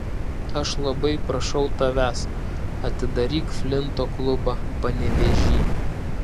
aš labai prašau tavęs atidaryk flinto klubą panevėžy